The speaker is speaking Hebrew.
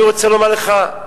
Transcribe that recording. אני רוצה לומר לך,